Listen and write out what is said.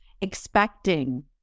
expecting